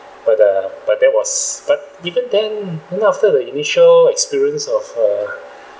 but uh but that was but even then then after the initial experience of uh